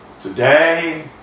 today